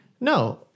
No